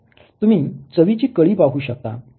तुम्ही चवीची कळी पाहू शकता